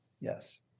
yes